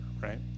right